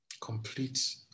complete